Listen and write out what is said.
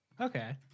okay